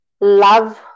love